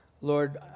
Lord